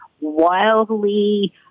wildly